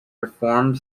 reformed